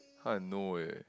how I know eh